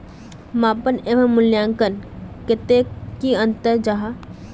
मापन एवं मूल्यांकन कतेक की अंतर जाहा?